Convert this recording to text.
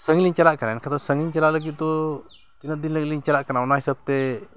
ᱥᱟᱺᱜᱤᱧ ᱞᱤᱧ ᱪᱟᱞᱟᱜ ᱠᱟᱱᱟ ᱮᱱᱠᱷᱟᱱ ᱫᱚ ᱥᱟᱺᱜᱤᱧ ᱪᱟᱞᱟᱣ ᱞᱟᱹᱜᱤᱫ ᱫᱚ ᱛᱤᱱᱟᱹᱜ ᱫᱤᱱ ᱞᱟᱹᱜᱤᱫ ᱞᱤᱧ ᱪᱟᱞᱟᱜ ᱠᱟᱱᱟ ᱚᱱᱟ ᱦᱤᱥᱟᱹᱵᱽ ᱛᱮ